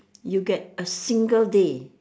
you get a single day